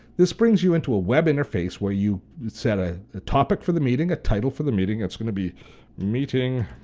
this brings you into a web interface where you set ah a topic for the meeting, a title for the meeting, it's gonna be meeting